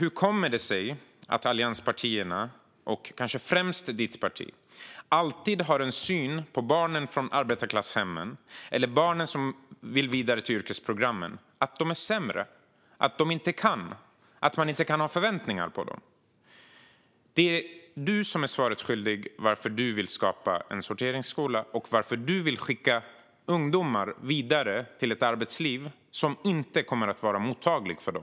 Hur kommer det sig att allianspartierna, och kanske främst ditt parti, alltid har synen att barnen från arbetarklasshemmen eller barnen som vill vidare till yrkesprogrammen är sämre, att de inte kan och att man inte kan ha förväntningar på dem? Det är du som är svaret skyldig. Varför vill du skapa en sorteringsskola och skicka ungdomar vidare till ett arbetsliv som inte kommer att vara mottagligt för dem?